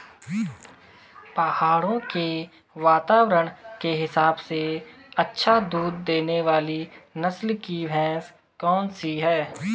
पहाड़ों के वातावरण के हिसाब से अच्छा दूध देने वाली नस्ल की भैंस कौन सी हैं?